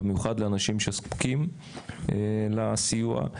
במיוחד לאנשים שזקוקים לסיוע.